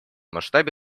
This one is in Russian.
масштабе